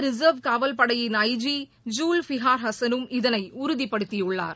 reserve காவல் படையின் IG Zulfiqar ஹசனும் மத்திய இதனை உறதிப்படுத்தியுள்ளார்